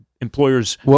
employers